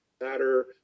Matter